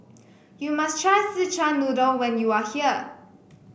you must try Szechuan Noodle when you are here